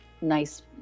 nice